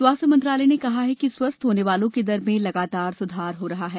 स्वास्थ्य मंत्रालय ने कहा कि स्वस्थ होने वालों की दर में लगातार सुधार हो रहा है